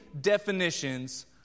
definitions